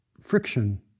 friction